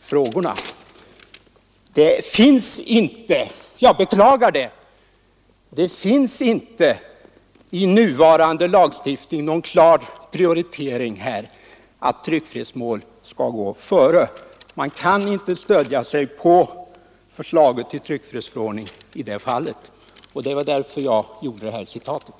frågorna. Det finns inte — jag beklagar det — i nuvarande lagstiftning någon klar prioritering av tryckfrihetsmål. Man kan inte stödja sig på förslaget till tryckfrihetsförordning i det fallet. Det var därför jag gjorde det här citatet.